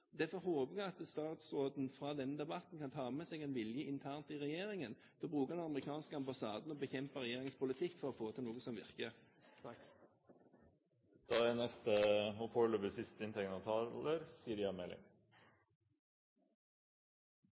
Derfor håper jeg at statsråden fra denne debatten kan ta med seg en vilje internt i regjeringen til å bruke den amerikanske ambassaden og bekjempe regjeringens politikk for å få til noe som virker. Jeg forstår på temperaturen i innleggene til representanten Serigstad Valen og